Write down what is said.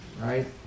Right